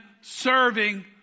serving